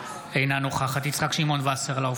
אינה נוכחת יצחק שמעון וסרלאוף,